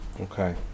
Okay